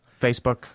Facebook